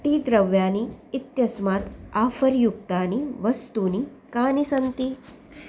T द्रव्याणि इत्यस्मात् offer युक्तानि वस्तूनि कानि सन्ति